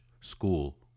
school